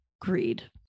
greed